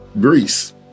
Greece